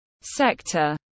sector